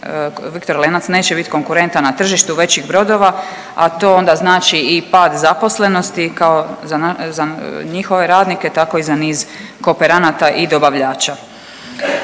Viktor Lenac neće biti konkurentan na tržištu većih brodova, a to onda znači i pad zaposlenosti kao za njihove radnike, tako i za niz kooperanata i dobavljača.